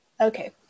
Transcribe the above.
Okay